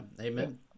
amen